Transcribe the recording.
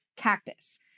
Cactus